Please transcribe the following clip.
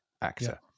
actor